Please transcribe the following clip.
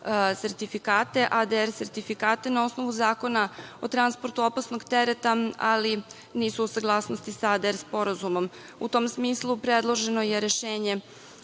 ADR sertifikate na osnovu Zakona o transportu opasnog tereta ali nisu u saglasnosti sa ADR sporazumom. U tom smislu predloženo je rešenje